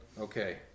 Okay